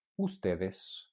Ustedes